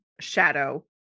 shadow